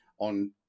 on